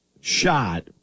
shot